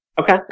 Okay